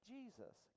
Jesus